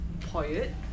poet